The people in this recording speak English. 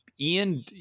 Ian